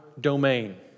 domain